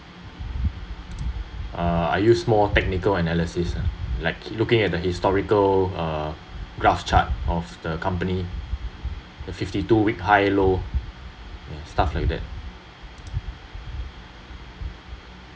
uh I use more technical analysis ah like looking at the historical uh graph chart of the company the fifty two week high low and stuff like that